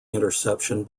interception